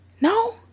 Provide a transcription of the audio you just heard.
no